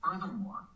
Furthermore